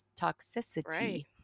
toxicity